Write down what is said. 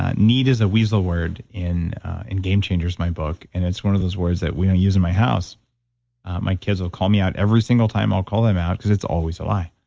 ah need is a weasel word in in game changers, my book. and it's one of those words that we don't use in my house my kids will call me out every single time, i'll call them out because it's always a lie.